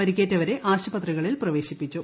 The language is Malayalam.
പരിക്കേറ്റവരെ ആശുപത്രികളിൽ പ്രവേശിപ്പിച്ചു